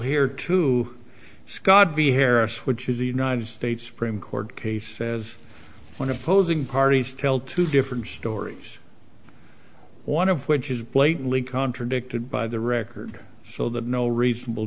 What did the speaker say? here to scott be here s which is the united states supreme court case when opposing parties tell two different stories one of which is blatantly contradicted by the record so that no reasonable